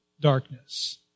darkness